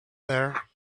there